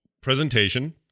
presentation